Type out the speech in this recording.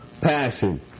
passion